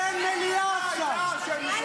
אין מליאה עכשיו.